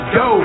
go